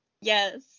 Yes